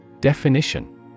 Definition